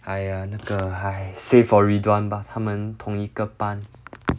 !aiya! 那个 !hais! save for ridhwan bah 他们同一个班